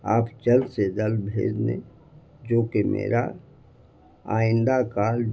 آپ جلد سے جلد بھیج دیں جو کہ میرا آئندہ کال